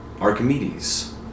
Archimedes